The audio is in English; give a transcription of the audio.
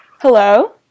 Hello